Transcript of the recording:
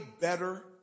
better